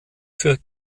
für